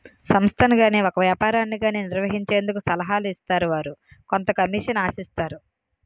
సంస్థను గాని ఒక వ్యాపారాన్ని గాని నిర్వహించేందుకు సలహాలు ఇస్తారు వారు కొంత కమిషన్ ఆశిస్తారు